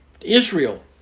Israel